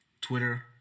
Twitter